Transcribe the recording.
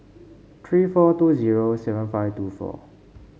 three four two zero seven five two four